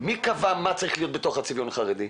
מי קבע מה צריך להיות בתוך הצביון החרדי?